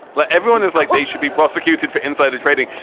but everyone is like they should be prosecuted for insider trading.